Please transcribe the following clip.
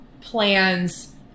plans